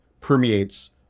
permeates